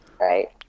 right